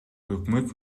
өкмөт